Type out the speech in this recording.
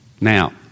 Now